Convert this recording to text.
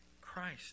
Christ